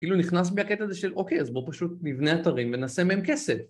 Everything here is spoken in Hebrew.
כאילו נכנס בי הקטע הזה של אוקיי, אז בואו פשוט נבנה אתרים ונעשה מהם כסף.